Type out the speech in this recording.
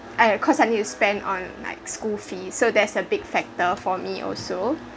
I cause I need to spend on like school fees so that’s a big factor for me also